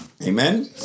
Amen